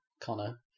Connor